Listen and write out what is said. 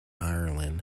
ireland